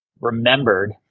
remembered